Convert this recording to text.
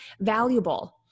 valuable